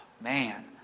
man